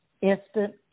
instant